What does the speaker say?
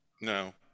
No